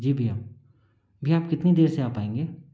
जी भैया भैया आप कितनी देर से आ पाएंगे